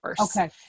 Okay